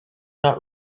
not